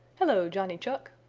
hello, johnny chuck!